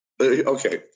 okay